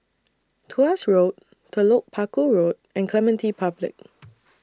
Tuas Road Telok Paku Road and Clementi Public